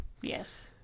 Yes